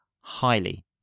Highly